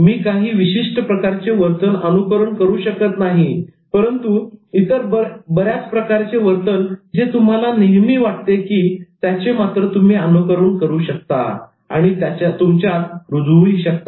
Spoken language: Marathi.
मी काही विशिष्ट प्रकारचे वर्तन अनुकरण करू शकत नाही परंतु इतर बऱ्याच प्रकारचे वर्तन जे तुम्हाला वाटते त्याचे मात्र तुम्ही अनुकरण करू शकता आणि तुमच्यात रुजवूही शकता